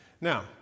Now